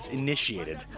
initiated